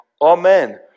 Amen